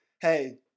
hey